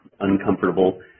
uncomfortable